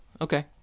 Okay